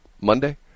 Monday